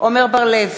עמר בר-לב,